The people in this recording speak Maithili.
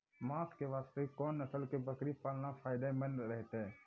मांस के वास्ते कोंन नस्ल के बकरी पालना फायदे मंद रहतै?